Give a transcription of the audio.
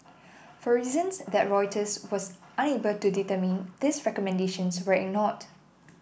for reasons that Reuters was unable to determine these recommendations were ignored